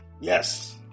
Yes